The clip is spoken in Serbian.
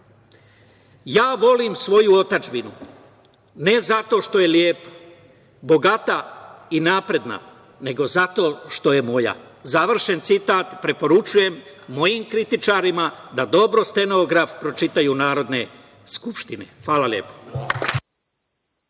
ja volim svoju otadžbinu ne zato što je lepa, bogata i napredna, nego zato što je moja, završen citat. Preporučujem mojim kritičarima da dobro stenogram pročitaju Narodne skupštine. Hvala lepo.